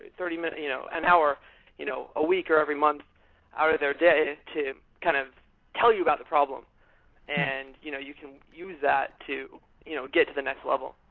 thirty minute you know an hour you know a week or every month out of their day to kind of tell you about the problem and you know you can use that to you know get to the next level